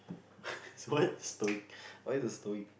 what stoic what is a stoic